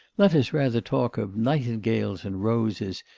let us rather talk of nightingales and roses,